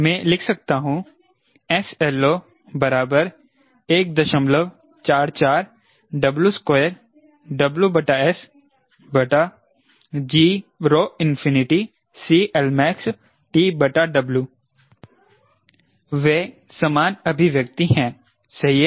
मैं लिख सकता हूँ sLO 144W2WSgCLmaxTW वे समान अभिव्यक्ति हैं सही है